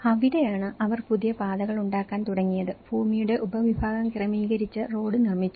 അവിടെയാണ് അവർ പുതിയ പാതകൾ ഉണ്ടാക്കാൻ തുടങ്ങിയത് ഭൂമിയുടെ ഉപവിഭാഗം ക്രമീകരിച്ച് റോഡ് നിർമ്മിച്ചു